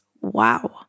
Wow